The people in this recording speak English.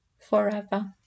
forever